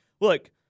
look